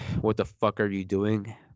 what-the-fuck-are-you-doing